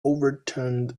overturned